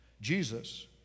Jesus